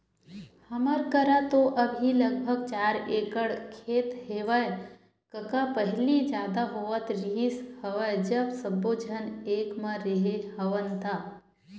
हमर करा तो अभी लगभग चार एकड़ खेत हेवय कका पहिली जादा होवत रिहिस हवय जब सब्बो झन एक म रेहे हवन ता